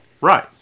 Right